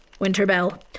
Winterbell